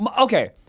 okay